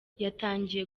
yatangiye